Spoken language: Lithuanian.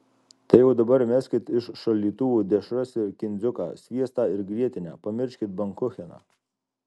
tai jau dabar meskit iš šaldytuvų dešras ir kindziuką sviestą ir grietinę pamirškit bankucheną